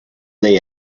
they